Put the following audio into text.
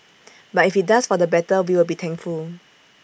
but if IT does for the better we will be thankful